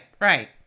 right